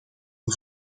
kan